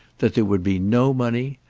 that there would be no money,